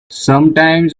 sometimes